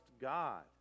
God